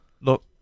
Look